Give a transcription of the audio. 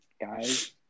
guys